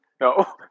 No